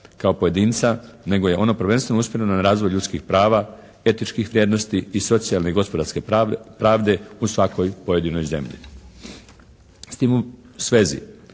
kao pojedinca nego je ono prvenstveno usmjereno na razvoj ljudskih prava, etičkih vrijednosti i socijalne i gospodarske pravde u svakoj pojedinoj zemlji. S tim u svezi